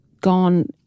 gone